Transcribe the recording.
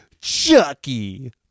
Chucky